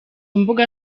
mbuga